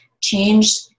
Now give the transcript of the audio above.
change